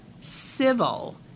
civil